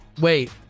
wait